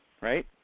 right